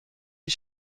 die